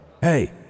hey